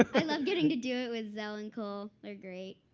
i love getting to do it with zell and cole. they're great.